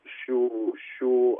šių šių